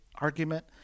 argument